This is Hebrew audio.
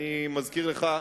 אני מזכיר לך,